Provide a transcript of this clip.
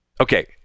Okay